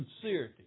sincerity